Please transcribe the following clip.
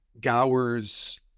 Gower's